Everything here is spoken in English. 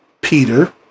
Peter